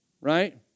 right